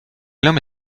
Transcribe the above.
nome